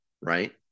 right